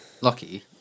Lucky